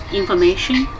information